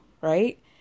right